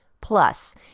Plus